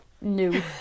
new